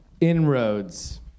Inroads